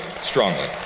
strongly